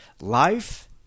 Life